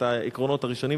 את העקרונות הראשונים,